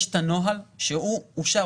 יש את הנוהל שהוא אושר,